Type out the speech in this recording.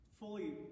Fully